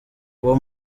uwo